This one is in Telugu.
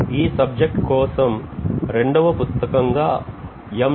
ఈ సబ్జెక్ట్ కోసం రెండవ పుస్తకంగా M